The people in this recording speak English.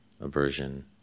aversion